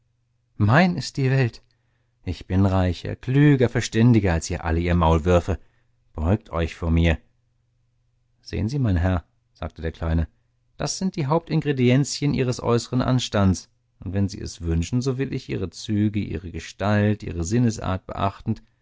mein ist die welt ich bin reicher klüger verständiger als ihr alle ihr maulwürfe beugt euch vor mir sehen sie mein herr sagte der kleine das sind die hauptingredienzien ihres äußern anstandes und wenn sie es wünschen so will ich ihre züge ihre gestalt ihre sinnesart beachtend